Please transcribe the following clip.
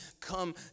come